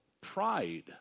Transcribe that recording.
pride